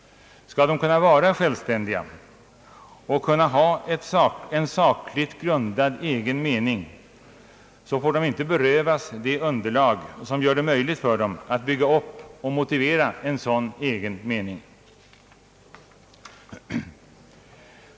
Skall de kunna vara självständiga och kunna ha en sakligt grundad egen mening, får de inte berövas det underlag som gör det möjligt för dem att bygga upp och motivera en sådan egen mening.